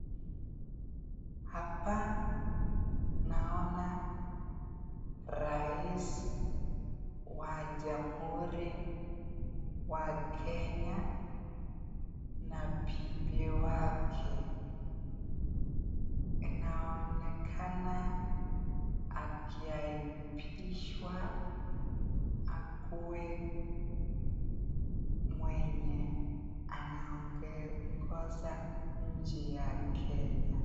Hapa naona Rais wa Jamhuri wa Kenya na bibi yake. Inaonekana akiapishwa akuwe mwenye anaongoza nchi ya Kenya.